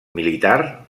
militar